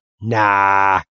nah